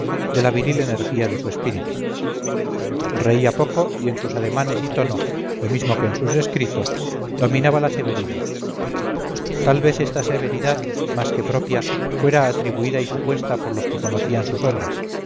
de la viril energía de su espíritu reía poco y en sus ademanes y tono lo mismo que en sus escritos dominaba la severidad tal vez esta severidad más que propia fuera atribuida y supuesta por los que conocían sus obras